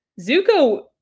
Zuko